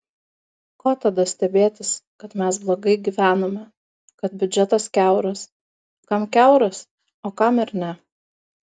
ko tada stebėtis kad mes blogai gyvename kad biudžetas kiauras kam kiauras o kam ir ne